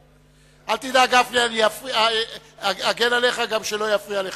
אל תדאג, גפני, אני אגן עליך, גם שלא יפריעו לך.